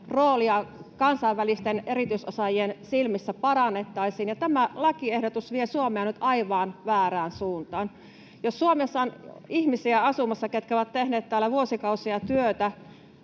roolia kansainvälisten erityisosaajien silmissä parannettaisiin, ja tämä lakiehdotus vie Suomea nyt aivan väärään suuntaan. Jos Suomessa on asumassa ihmisiä, ketkä ovat tehneet täällä vuosikausia työtä,